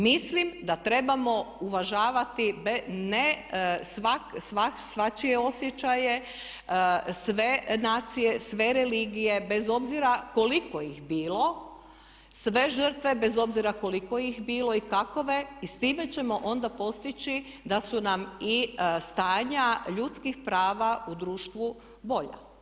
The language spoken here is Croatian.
Mislim da trebamo uvažavati ne svačije osjećaje, sve nacije, sve religije bez obzira koliko ih bilo, sve žrtve bez obzira koliko ih bilo i takove i s time ćemo onda postići da su nam i stanja ljudskih prava u društvu bolja.